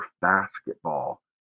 basketball